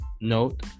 Note